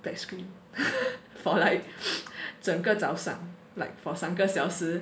black screen for like 整个早上 like for 三个小时